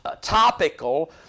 topical